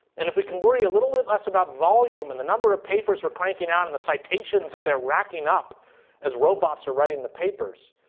and if we can worry a little bit less about volume and the number of papers we're cranking out and the citations that they're racking up as robots are writing the papers,